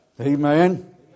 Amen